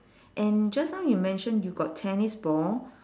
and just now you mention you got tennis ball